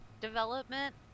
development